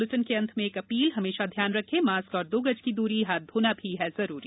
bulletin के अंत में एक अपील हमेशा ध्यान रखें मास्क और दो गज की दूरी हाथ धोना भी है जरूरी